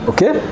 Okay